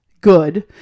good